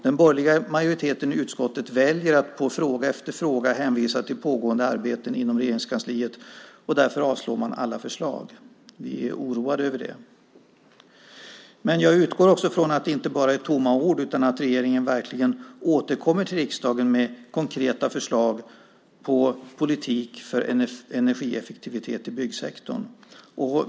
Den borgerliga majoriteten i utskottet väljer att på fråga efter fråga hänvisa till pågående arbeten inom Regeringskansliet. Därför avstyrker man alla förslag. Vi är oroade över det. Men jag utgår ifrån att det inte bara är tomma ord utan att regeringen verkligen återkommer till riksdagen med konkreta förslag på politik för energieffektivitet i byggsektorn.